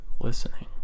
Listening